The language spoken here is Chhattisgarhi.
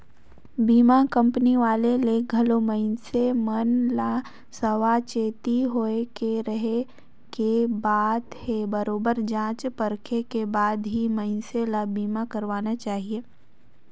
बीमा कंपनी वाले ले घलो मइनसे मन ल सावाचेती होय के रहें के बात हे बरोबेर जॉच परखे के बाद ही मइनसे ल बीमा करवाना चाहिये